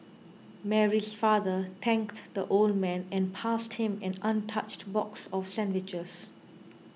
Mary's father thanked the old man and passed him an untouched box of sandwiches